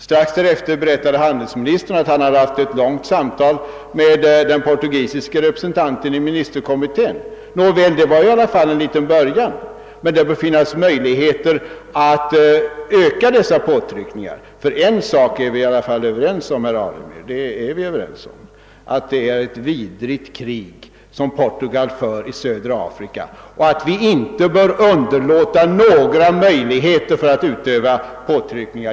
Strax därefter berättar emellertid handelsministern att han hade haft ett långt samtal med den portugisiske representanten vid ett ministermöte. Det var i alla fall en liten början, men det bör finnas möjligheter att öka dessa påtryckningar. Ty en sak är vi ändå överens om, herr Alemyr: att Portugal för ett vidrigt krig i Afrika, och att vi inte bör avstå från några möjligheter att utöva påtryckningar.